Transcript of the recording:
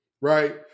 right